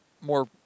more